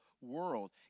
world